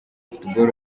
football